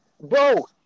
bro